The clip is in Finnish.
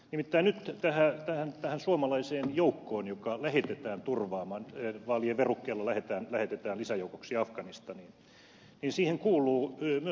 nimittäin nyt näihin suomalaisiin joukkoihin jotka lähetetään vaalien verukkeella lisäjoukoiksi afganistaniin niihin kuuluu myös taistelujoukkoja